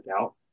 out